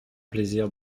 plaisir